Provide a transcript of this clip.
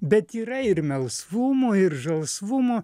bet yra ir melsvumo ir žalsvumo